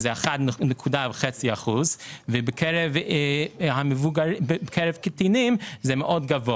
הוא 1.5 אחוז ובקרב קטינים השיעור מאוד גבוה.